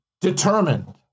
determined